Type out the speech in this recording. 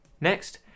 Next